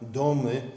domy